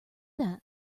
that